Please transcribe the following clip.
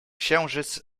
księżyc